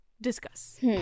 discuss